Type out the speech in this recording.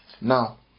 Now